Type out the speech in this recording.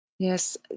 Yes